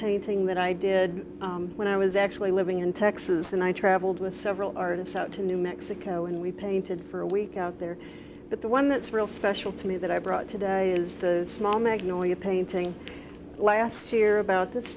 painting that i did when i was actually living in texas and i traveled with several artists out to new mexico and we painted for a week out there but the one that's really special to me that i brought today is the small magnolia painting last year about this